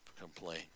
complain